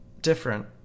different